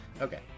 Okay